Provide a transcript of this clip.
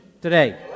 today